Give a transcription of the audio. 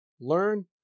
Learn